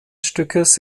stückes